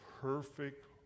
perfect